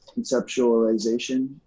conceptualization